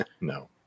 no